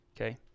Okay